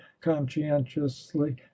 conscientiously